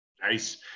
nice